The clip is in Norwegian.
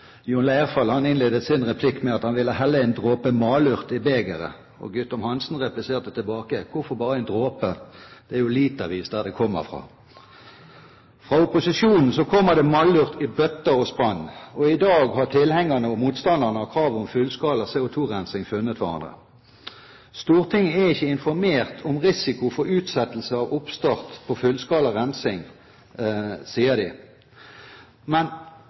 Jon Leirfall innledet sin replikk med å si at han ville helle en dråpe malurt i begeret, og Guttorm Hansen repliserte tilbake: Hvorfor bare en dråpe? Det er jo litervis der det kommer fra. Fra opposisjonen kommer det malurt i bøtter og spann. I dag har tilhengerne og motstanderne av kravet om fullskala CO2-rensing funnet hverandre. Stortinget er ikke informert om risiko for utsettelse av oppstart av fullskala rensing, sier de, men